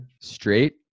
Straight